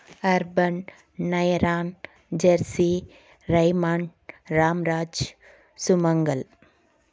urban నైరాన్ Jersey Raymond Ramraj Sumangal